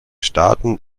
staaten